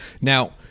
Now